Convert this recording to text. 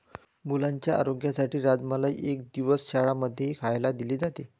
मुलांच्या आरोग्यासाठी राजमाला एक दिवस शाळां मध्येही खायला दिले जाते